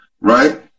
right